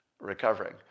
recovering